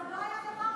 עוד לא היה דבר כזה.